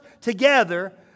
together